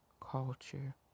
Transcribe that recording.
culture